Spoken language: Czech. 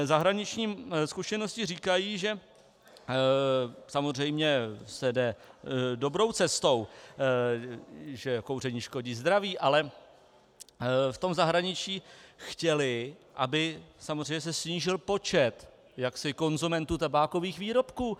Zahraniční zkušenosti říkají, že samozřejmě se jde dobrou cestou, že kouření škodí zdraví, ale v tom zahraničí chtěli, aby se samozřejmě snížil počet konzumentů tabákových výrobků.